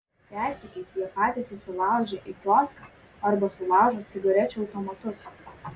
retsykiais jie patys įsilaužia į kioską arba sulaužo cigarečių automatus